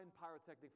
pyrotechnic